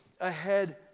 ahead